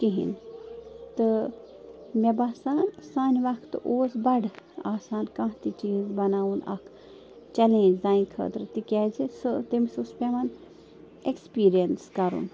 کِہیٖنۍ تہٕ مےٚ باسان سانہِ وقتہٕ اوس بَڑٕ آسان کانٛہہ تہِ چیٖز بَناوُن اَکھ چٮ۪لینٛج زَنہِ خٲطرٕ تِکیٛازِ سُہ تٔمِس اوس پٮ۪وان اٮ۪کٕسپیٖرِیَنٕس کَرُن